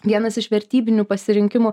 vienas iš vertybinių pasirinkimų